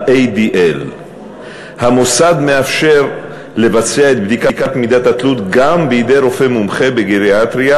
ADL. המוסד מאפשר לקבוע את מידת התלות גם בידי רופא מומחה בגריאטריה,